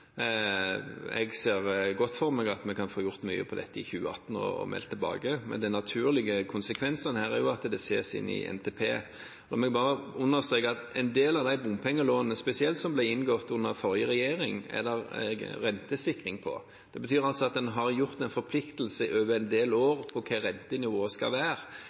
Jeg ser godt for meg at vi kan få gjort mye med dette i 2018 – også meldt tilbake. Men de naturlige konsekvensene her er jo at det ses i NTP. La meg bare understreke at en del av bompengelånene, spesielt de som ble inngått under forrige regjering, er det rentesikring på. Det betyr at en har en forpliktelse over en del år på hva rentenivået skal være.